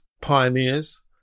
Pioneers